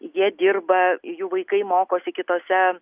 jie dirba jų vaikai mokosi kitose